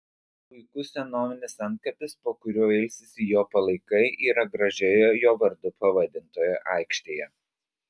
puikus senovinis antkapis po kuriuo ilsisi jo palaikai yra gražioje jo vardu pavadintoje aikštėje